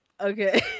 okay